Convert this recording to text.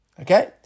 Okay